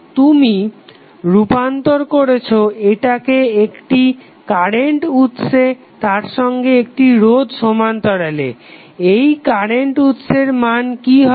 তুমি রূপান্তর করছো এটাকে একটি কারেন্ট উৎসে তার সঙ্গে একটি রোধ সমান্তরালে এই কারেন্ট উৎসের মান কি হবে